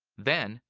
then,